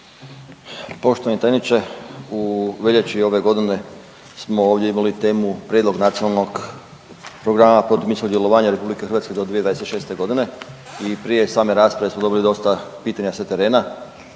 Poštovani tajniče u veljači ove godine smo ovdje imali temu Prijedlog nacionalnog programa protuminskog djelovanja Republike Hrvatske do 2026. godine i prije same rasprave smo dobili dota pitanja sa terena